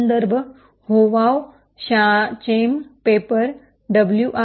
संदर्भ होवाव शाचेम पेपर डब्ल्यू